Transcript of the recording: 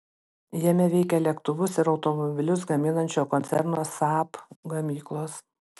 jame veikia lėktuvus ir automobilius gaminančio koncerno saab gamyklos